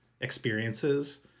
experiences